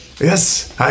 Yes